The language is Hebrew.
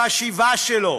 בחשיבה שלו